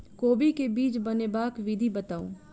कोबी केँ बीज बनेबाक विधि बताऊ?